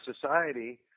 society